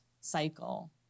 cycle